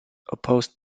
opposed